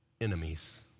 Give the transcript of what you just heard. enemies